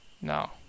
No